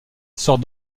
sort